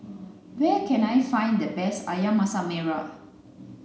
where can I find the best ayam masak merah